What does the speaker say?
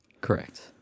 Correct